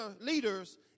leaders